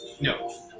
No